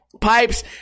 pipes